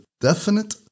definite